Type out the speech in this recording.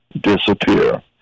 disappear